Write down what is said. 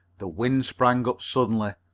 the wind sprang up suddenly,